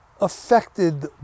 affected